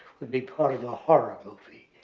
would be part of a horror movie.